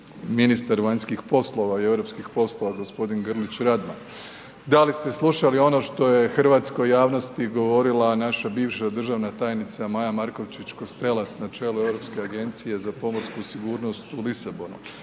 ministar vanjskih poslova i europskih poslova g. Grlić Radman, da li ste slušali ono što je hrvatskoj javnosti govorila naša bivša državna tajnica Maja Markovčić Kostelac na čelu Europske agencije za pomorsku sigurnost u Lisabonu,